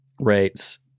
rates